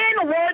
inward